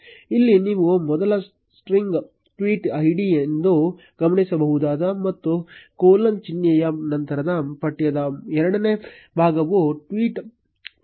ಇಲ್ಲಿ ನೀವು ಮೊದಲ ಸ್ಟ್ರಿಂಗ್ ಟ್ವೀಟ್ ಐಡಿ ಎಂದು ಗಮನಿಸಬಹುದು ಮತ್ತು ಕೊಲೊನ್ ಚಿಹ್ನೆಯ ನಂತರದ ಪಠ್ಯದ ಎರಡನೇ ಭಾಗವು ಟ್ವೀಟ್ ಪಠ್ಯವಾಗಿದೆ